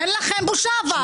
אין לכם בושה.